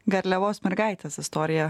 garliavos mergaitės istorija